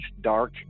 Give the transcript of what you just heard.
dark